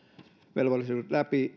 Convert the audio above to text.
velvollisuudet läpi